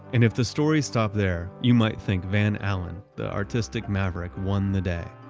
and if the story stopped there you might think van alen, the artistic maverick, won the day.